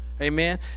Amen